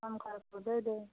कम करो तो दे दो